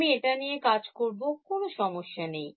আমি এটা নিয়ে কাজ করব কোন সমস্যা নেই